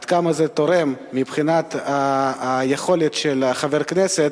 עד כמה זה תורם מבחינת היכולת של חבר הכנסת